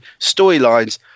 storylines